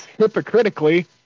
hypocritically